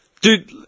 Dude